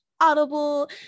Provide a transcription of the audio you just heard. Audible